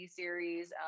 series